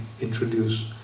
introduce